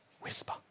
whisper